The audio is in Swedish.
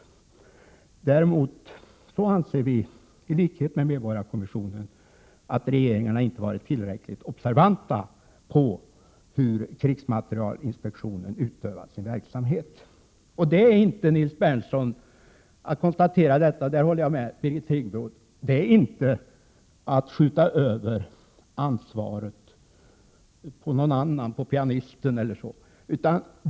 Däremot anser vi — i likhet med medborgarkommissionen — att regeringarna inte varit tillräckligt observanta på hur krigsmaterielinspektio nen utövat sin verksamhet. Jag håller med Birgit Friggebo i hennes konstaterande att det inte är att skjuta över ansvaret på någon annan, på pianisten eller så.